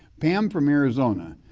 pam from arizona.